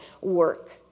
work